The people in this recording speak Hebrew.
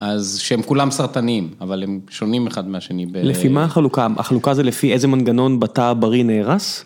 ‫אז שהם כולם סרטנים, ‫אבל הם שונים אחד מהשני. ‫לפי מה החלוקה? החלוקה זה ‫לפי איזה מנגנון בתא הבריא נהרס?